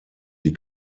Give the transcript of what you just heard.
die